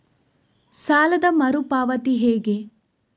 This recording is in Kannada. ಸಾಲದ ಮರು ಪಾವತಿ ಹೇಗೆ?